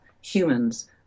humans